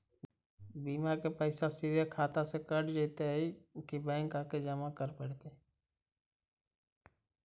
बिमा के पैसा सिधे खाता से कट जितै कि बैंक आके जमा करे पड़तै?